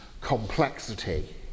complexity